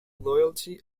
loyalty